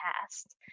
past